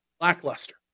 lackluster